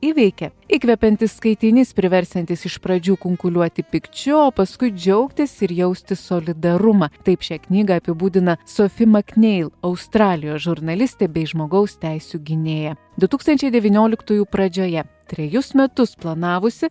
įveikė įkvepiantis skaitinys priversiantis iš pradžių kunkuliuoti pykčiu o paskui džiaugtis ir jausti solidarumą taip šią knygą apibūdina sofi makneil australijos žurnalistė bei žmogaus teisių gynėja du tūkstančiai devynioliktųjų pradžioje trejus metus planavusi